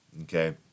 okay